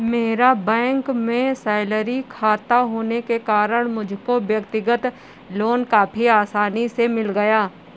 मेरा बैंक में सैलरी खाता होने के कारण मुझको व्यक्तिगत लोन काफी आसानी से मिल गया